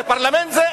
זה פרלמנט זה?